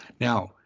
Now